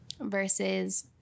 versus